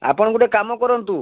ଆପଣ ଗୋଟେ କାମ କରନ୍ତୁ